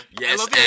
Yes